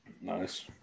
Nice